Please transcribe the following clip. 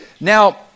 Now